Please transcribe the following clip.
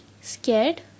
scared